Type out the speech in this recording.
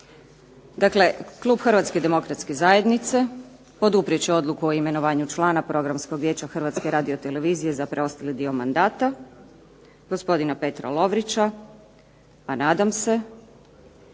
Dakle, klub Hrvatske demokratske zajednice poduprijet će odluku o imenovanju člana Programskog vijeća Hrvatske radiotelevizije za preostali dio mandata, gospodina Petra Lovrića, a nadam se